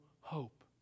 hope